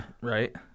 right